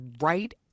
right